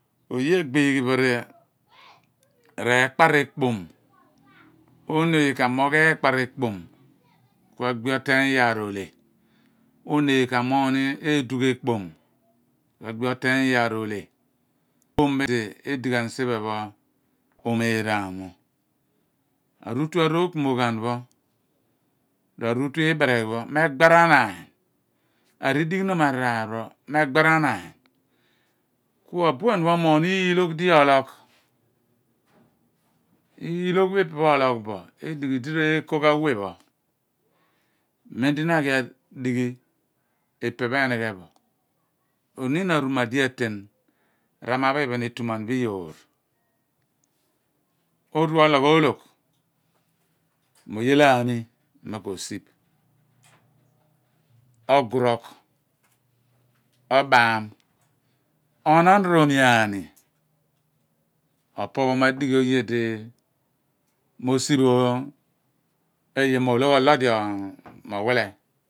Oye agbiighi yo r'eekpara ekpom roni oye ka amoogh eekpare ekpom ku agbi okeeny iyaar ohle ooni oye ka amogh ni eedugha ekpom ku aghi, eteeny yaar ohle oomo pho wi edi ghan siphe phe omearaam mo, aruutu arokpomoghan pho r'aruntu iiboreghi pho me eqbaranaany aridighinom araar pho me gboranaan ku abuan pho omorgh iilogh di ologh iilogh puo ipe ologh bo edighi d reeko ghan we pho mem w na ra dighi ipe pho enigho bo oniin aruma di aten raama pho itum an bo iyoor oru ologh ologh mo iye do aaml mo ko siph ogurugh obaam ku onon mo oomi aani opo pho ma adighi oye di eeye mo ologh olo odi mo uwile